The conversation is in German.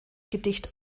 gedicht